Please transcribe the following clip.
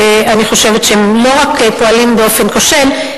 אני חושבת שהם לא רק פועלים באופן כושל,